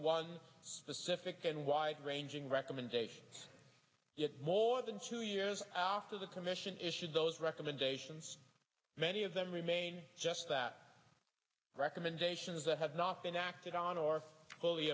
one specific and wide ranging recommendation more than two years after the commission issued those recommendations many of them remain just that recommendations that have not been acted on or fully